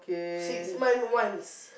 six month once